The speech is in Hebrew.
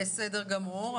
בסדר גמור.